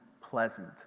pleasant